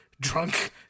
drunk